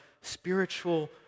spiritual